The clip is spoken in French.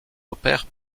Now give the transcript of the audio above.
opère